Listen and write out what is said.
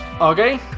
okay